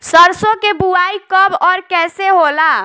सरसो के बोआई कब और कैसे होला?